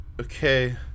okay